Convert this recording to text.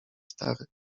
stary